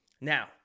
Now